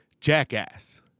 Jackass